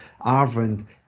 Arvind